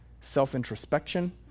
self-introspection